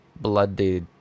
bloody